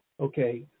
Okay